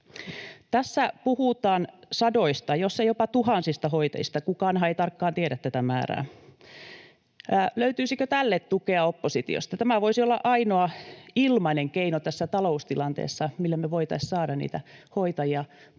Tässä puhutaan sadoista, jos ei jopa tuhansista hoitajista, kukaanhan ei tarkkaan tiedä tätä määrää. Löytyisikö tälle tukea oppositiosta? Tämä voisi olla ainoa ilmainen keino tässä taloustilanteessa, millä me voitaisiin saada niitä hoitajia palaamaan